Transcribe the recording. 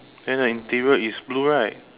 then the interior is blue right